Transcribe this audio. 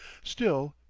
still,